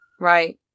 Right